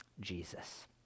Jesus